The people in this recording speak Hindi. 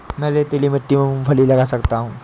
क्या मैं रेतीली मिट्टी में मूँगफली लगा सकता हूँ?